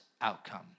outcome